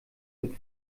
mit